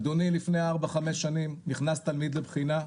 אדוני לפני ארבע חמש שנים נכנס תלמיד לבחינה,